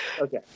Okay